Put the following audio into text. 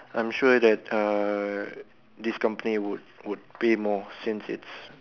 I'm sure that uh this company would would pay more since it's